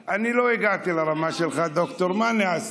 אני לא הגעתי לרמה שלך, דוקטור, מה אני אעשה.